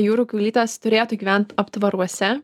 jūrų kiaulytės turėtų gyvent aptvaruose